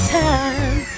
time